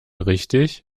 richtig